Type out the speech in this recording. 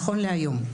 נכון להיום,